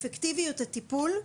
אפקטיביות הטיפול,